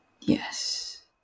Yes